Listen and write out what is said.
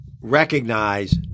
recognize